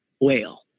whale